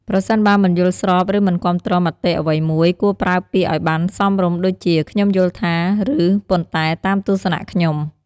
ប្រសិនបើមិនយល់ស្របឬមិនគាំទ្រមតិអ្វីមួយគួរប្រើពាក្យឲ្យបានសមរម្យដូចជា "ខ្ញុំយល់ថា" ឬ "ប៉ុន្តែតាមទស្សនៈខ្ញុំ" ។